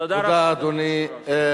תודה, אדוני.